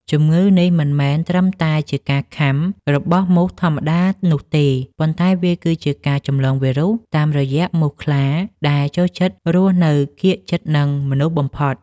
ជំងឺនេះមិនមែនត្រឹមតែជាការខាំរបស់មូសធម្មតានោះទេ ប៉ុន្តែវាគឺជាការចម្លងវីរុសតាមរយៈមូសខ្លាដែលចូលចិត្តរស់នៅកៀកជិតនឹងមនុស្សបំផុត។